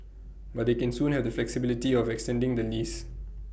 but they can soon have the flexibility of extending the lease